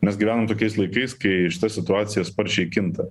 mes gyvenam tokiais laikais kai šita situacija sparčiai kinta